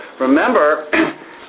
remember